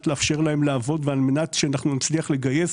לאפשר להם לעבוד ועל מנת שאנחנו נצליח לגייס